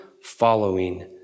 following